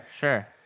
sure